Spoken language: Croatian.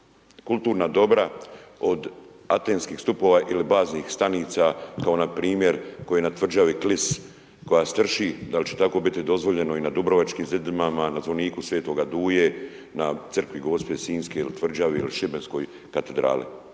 kulturna dobra od atenskih stupova ili baznih stanica kao npr. koji na tvrđavi Klis koja strši, da li će tako biti dozvoljeno i na dubrovačkim zidinama, na zvoniku Sv. Duje, na crkvi Gospe sinjske ili tvrđavi ili Šibenskoj katedrali?